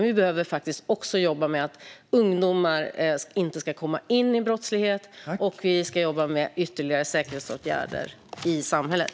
Vi behöver också jobba med att ungdomar inte ska komma in i brottslighet och med ytterligare säkerhetsåtgärder i samhället.